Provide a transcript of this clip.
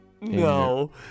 No